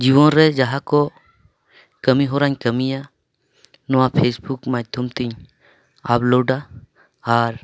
ᱡᱤᱵᱚᱱ ᱨᱮ ᱡᱟᱦᱟᱸ ᱠᱚ ᱠᱟᱹᱢᱤ ᱦᱚᱨᱟᱧ ᱠᱟᱹᱢᱤᱭᱟ ᱱᱚᱣᱟ ᱯᱷᱮᱹᱥᱵᱩᱠ ᱢᱟᱫᱽᱫᱷᱚᱢ ᱛᱮᱧ ᱟᱯᱞᱳᱰᱟ ᱟᱨ